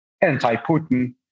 anti-Putin